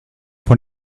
von